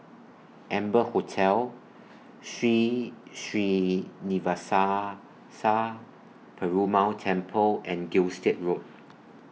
Amber Hotel Sri Srinivasa Sa Perumal Temple and Gilstead Road